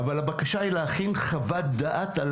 אבל הבקשה היא להכין חוות דעת על